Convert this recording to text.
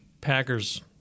Packers –